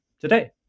today